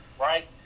right